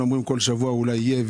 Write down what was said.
ואומרים כל שבוע שאולי יהיה.